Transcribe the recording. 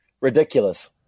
Ridiculous